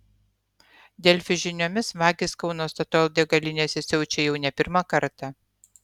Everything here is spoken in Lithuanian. delfi žiniomis vagys kauno statoil degalinėse siaučia jau ne pirmą kartą